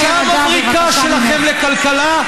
אני אגלה לכם סוד: את הגישה המבריקה שלכם לכלכלה ניסו.